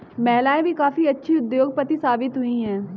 महिलाएं भी काफी अच्छी उद्योगपति साबित हुई हैं